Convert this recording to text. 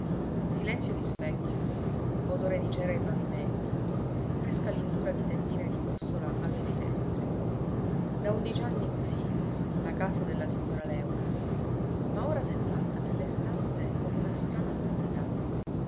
silenzio di specchio odore di cera ai pavimenti fresca lindura di tendine di mussola alle finestre da undici anni così la casa della signora léuca ma ora s'è fatta nelle stanze come una strana sordità